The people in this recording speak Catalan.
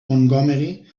montgomery